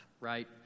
right